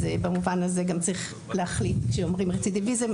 במובן הזה גם צריך להחליט כשאומרים רצידיביזם,